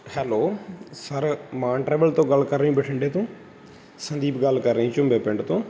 hello sir Maan travel ਤੋਂ ਗੱਲ ਕਰ ਰਹੇ ਬਠਿੰਡੇ ਤੋਂ ਸੰਦੀਪ ਗੱਲ ਕਰ ਰਿਹਾ ਜੀ ਝੁੰਬੇ ਪਿੰਡ ਤੋਂ